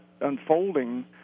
unfolding